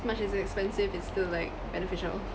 as much as it's expensive it's still like beneficial